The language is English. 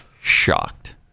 Shocked